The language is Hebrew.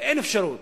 ואין אפשרות